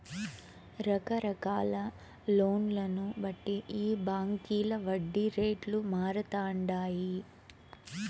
రకరకాల లోన్లను బట్టి ఈ బాంకీల వడ్డీ రేట్లు మారతండాయి